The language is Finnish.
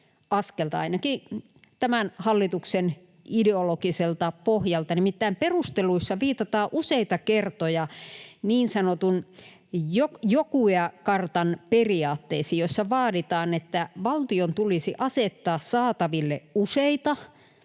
ainakin tämän hallituksen ideologiselta pohjalta. Nimittäin perusteluissa viitataan useita kertoja niin sanottuihin Yogyakartan periaatteisiin, joissa vaaditaan, että valtion tulisi asettaa saataville useita juridisia